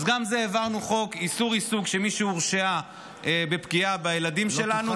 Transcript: אז גם על זה העברנו חוק איסור עיסוק: מי שהורשעה בפגיעה בילדים שלנו,